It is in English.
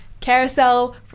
Carousel